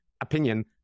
opinion